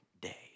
day